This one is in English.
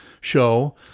show